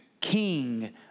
King